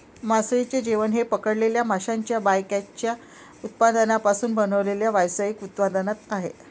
मासळीचे जेवण हे पकडलेल्या माशांच्या बायकॅचच्या उत्पादनांपासून बनवलेले व्यावसायिक उत्पादन आहे